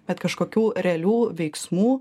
bet kažkokių realių veiksmų